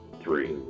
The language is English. Three